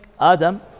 Adam